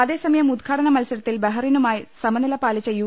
അതേസമയം ഉദ്ഘാടന മത്സരത്തിൽ ബെഹ്റിനുമായി സമനില പാലിച്ച യു